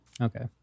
okay